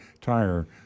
tire